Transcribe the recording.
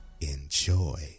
enjoy